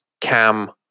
Cam